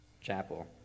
Chapel